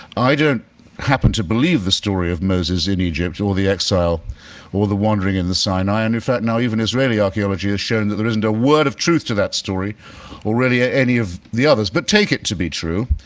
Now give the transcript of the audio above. i don't happen to believe the story of moses and egypt or the exile or the wandering and the sinai. and in fact, now even israeli archaeology has shown that there isn't a word of truth to that story or really ah any of the others but take it to be true.